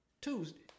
Tuesday